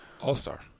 all-star